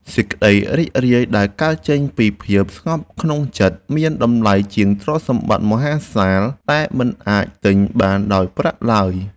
សេចក្តីរីករាយដែលកើតចេញពីភាពស្ងប់ក្នុងចិត្តមានតម្លៃជាងទ្រព្យសម្បត្តិមហាសាលដែលមិនអាចទិញបានដោយប្រាក់ឡើយ។